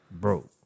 broke